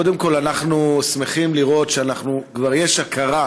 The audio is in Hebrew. קודם כול אנחנו שמחים לראות שכבר יש הכרה,